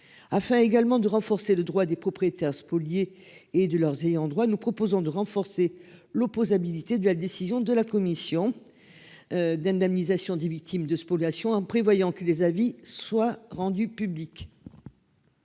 Afin également de renforcer le droit des propriétaires spoliés et de leurs ayants droit. Nous proposons de renforcer l'opposabilité de la décision de la Commission. D'indemnisation des victimes de spoliations en prévoyant que les avis soient rendus publics.